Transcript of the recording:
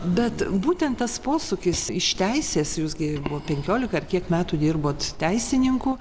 bet būtent tas posūkis iš teisės jūs gi penkiolika ar kiek metų dirbot teisininku